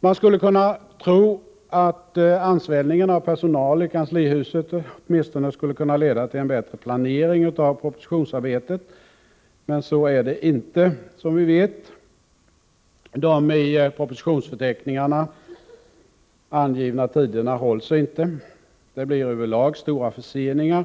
Man skulle kunna tro att ansvällningen av personal i kanslihuset åtminsto-. ne skulle kunna leda till en bättre planering av propositionsarbetet. Men så är det inte, som vi vet. De i propositionsförteckningen angivna tiderna hålls inte — det blir över lag stora förseningar,